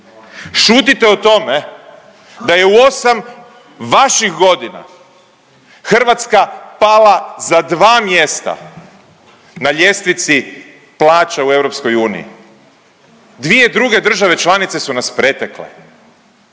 šutite o tome da je u 8 vaših godina Hrvatska pala za 2 mjesta na ljestvici plaća u EU. Dvije druge države članice su nas pretekle,